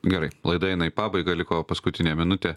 gerai laida eina į pabaigą liko paskutinė minutė